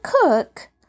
cook